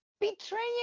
betraying